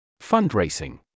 Fundraising